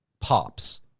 pops